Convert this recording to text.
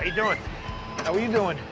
ah doing? how are you doing?